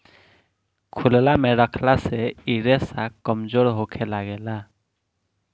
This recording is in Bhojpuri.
खुलला मे रखला से इ रेसा कमजोर होखे लागेला